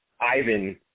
Ivan